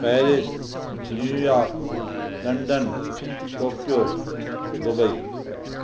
Paris New York London Tokyo Dubai